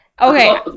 okay